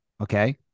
Okay